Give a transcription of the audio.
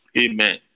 Amen